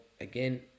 again